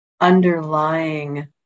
underlying